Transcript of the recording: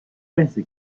messe